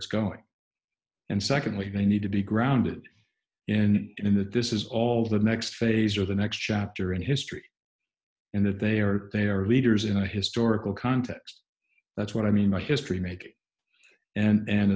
it's going and secondly they need to be grounded in that this is all the next phase or the next chapter in history in that they are that they are leaders in a historical context that's what i mean by history making and